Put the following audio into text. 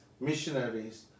missionaries